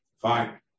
Fine